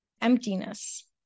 emptiness